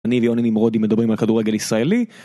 אני ויוני נמרודי מדברים על כדורגל ישראלי